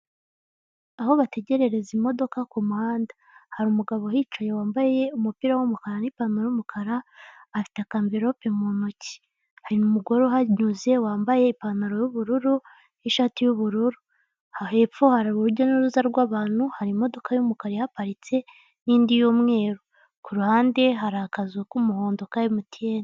Aho bategerereza imodoka ku muhanda hari umugabo uhicaye wambaye umupira w'umukara n'ipantaro y'umukara afite akanvilope mu ntoki, hari umugore uhanyuze wambaye ipantaro y'ubururu n'ishati y'ubururu, hepfo hari urujya n'uruza rw'abantu hari imodoka y'umukara iparitse n'indi y'umweru, ku ruhande hari akazu k'umuhondo ku ruhande hari akazu ka MTN.